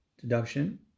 deduction